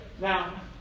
Now